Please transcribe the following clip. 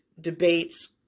debates